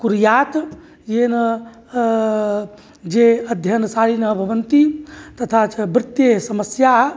कुर्यात् येन ये अध्ययनशालिनः भवन्ति तथा च वृत्तेः समस्याः